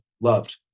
loved